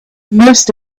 most